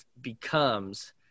becomes